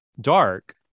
dark